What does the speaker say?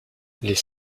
les